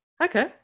Okay